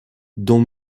dont